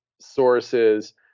sources